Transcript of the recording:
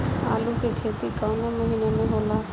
आलू के खेती कवना महीना में होला?